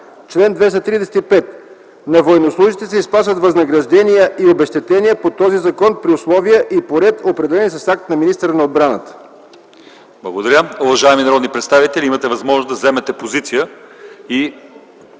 „Чл. 235. На военнослужещите се изплащат възнаграждения и обезщетения по този закон при условия и по ред, определени с акт на министъра на отбраната.” ПРЕДСЕДАТЕЛ ЛЪЧЕЗАР ИВАНОВ: Благодаря. Уважаеми народни представители, имате възможност да вземете позиция.